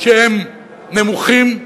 שהם נמוכים,